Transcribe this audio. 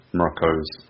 Morocco's